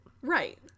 Right